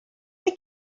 they